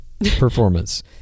performance